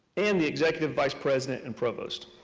and the executive vice president and provost.